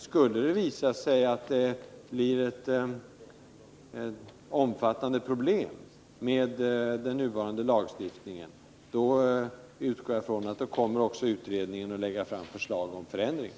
Skulle det visa sig att den nuvarande lagstiftningen medför omfattande problem. utgår jag från att utredningen lägger fram förslag om förändringar.